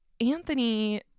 Anthony